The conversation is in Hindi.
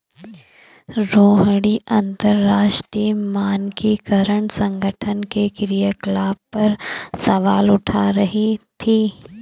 रोहिणी अंतरराष्ट्रीय मानकीकरण संगठन के क्रियाकलाप पर सवाल उठा रही थी